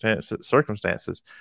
circumstances